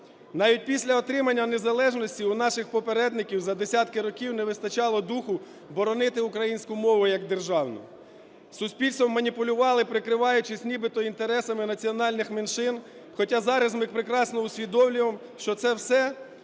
Навіть після отримання незалежності у наших попередників за десятки років не вистачало духу боронити українську мову як державну. Суспільством маніпулювали, прикриваючись нібито інтересами національних меншин, хоча зараз ми прекрасно усвідомлюємо, що це все